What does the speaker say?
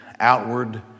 outward